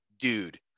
dude